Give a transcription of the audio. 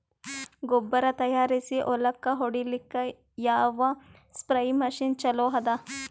ಗೊಬ್ಬರ ತಯಾರಿಸಿ ಹೊಳ್ಳಕ ಹೊಡೇಲ್ಲಿಕ ಯಾವ ಸ್ಪ್ರಯ್ ಮಷಿನ್ ಚಲೋ ಅದ?